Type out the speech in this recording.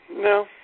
No